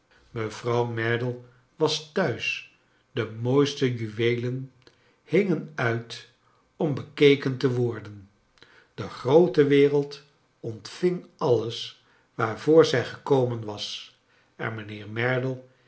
mevrouw merdle was thuis de mooiste juweelen hingen uit om bekeken te worden de groote wereld ontving alles waarvoor zij gekomen was en mijnheer merdle